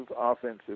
offensive